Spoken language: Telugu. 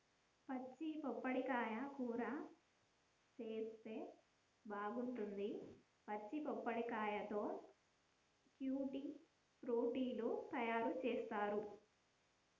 పచ్చి పప్పడకాయ కూర చేస్తే బాగుంటది, పచ్చి పప్పడకాయతో ట్యూటీ ఫ్రూటీ లు తయారు చేస్తారు